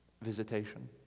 visitation